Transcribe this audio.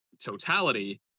totality